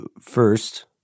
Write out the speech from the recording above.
first